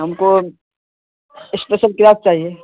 ہم کو special class چاہیے